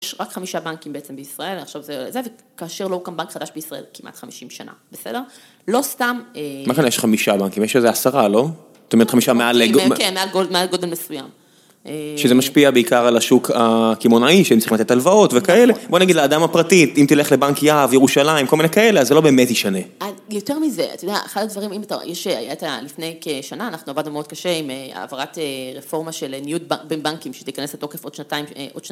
יש רק חמישה בנקים בעצם בישראל, עכשיו זה, וכאשר לא הוקם בנק חדש בישראל, כמעט חמישים שנה, בסדר? לא סתם... מה כן, יש חמישה בנקים? יש איזה עשרה, לא? זאת אומרת, חמישה מעל גודל מסוים. שזה משפיע בעיקר על השוק הקמעונאי, שהם צריכים לתת הלוואות וכאלה. בוא נגיד, לאדם הפרטי, אם תלך לבנק יהב, ירושלים, כל מיני כאלה, אז זה לא באמת ישנה. יותר מזה, אתה יודע, אחת הדברים, אם אתה, לפני כשנה, אנחנו עבדנו מאוד קשה עם העברת רפורמה של ניוד בין בנקים, שהיא תיכנס לתוקף עוד שנתיים, עוד שנתיים.